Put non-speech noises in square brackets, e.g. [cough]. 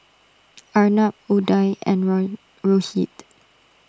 Arnab Udai and [unintelligible] Rohit